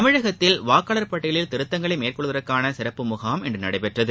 தமிழகத்தில் வாக்காளர் பட்டியலில் திருத்தங்களை மேற்கொள்வதற்கான சிறப்பு முனம் இன்று நடைபெற்றது